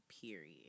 period